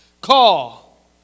call